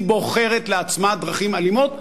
היא בוחרת לעצמה דרכים אלימות.